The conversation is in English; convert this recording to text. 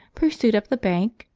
pursued up the bank,